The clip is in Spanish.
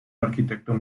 arquitecto